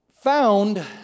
found